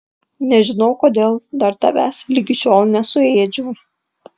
nežinau kodėl dar tavęs ligi šiol nesuėdžiau